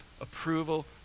approval